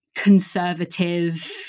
conservative